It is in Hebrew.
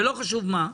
בלא חשוב מה,